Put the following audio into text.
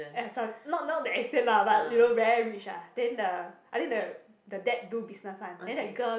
eh sor~ not not that extent lah but you know very rich ah then the I think the the dad do business one then the girl